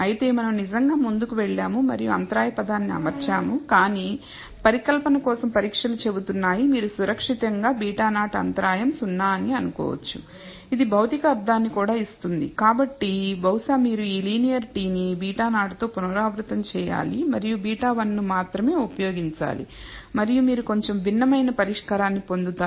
అయితే మనం నిజంగా ముందుకు వెళ్ళాము మరియు అంతరాయ పదాన్ని అమర్చాము కానీ పరికల్పన కోసం పరీక్షలు చెబుతున్నాయి మీరు సురక్షితంగా β0 అంతరాయం 0 అని అనుకోవచ్చు ఇది భౌతిక అర్ధాన్ని కూడా ఇస్తుంది కాబట్టి బహుశా మీరు ఈ లీనియర్ t ని β0 తో పునరావృతం చేయాలి మరియు β1 ను మాత్రమే ఉపయోగించాలి మరియు మీరు కొంచెం భిన్నమైన పరిష్కారాన్ని పొందుతారు